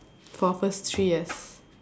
for first three years